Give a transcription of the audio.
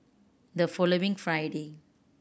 the following Friday